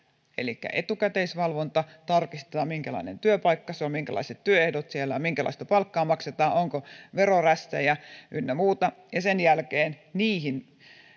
elikkä on etukäteisvalvonta jossa tarkistetaan minkälainen työpaikka se on minkälaiset työehdot siellä on minkälaista palkkaa maksetaan onko verorästejä ynnä muuta ja sen jälkeen niitä